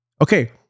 Okay